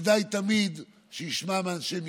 כדאי תמיד שישמע מאנשי מקצוע,